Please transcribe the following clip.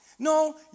No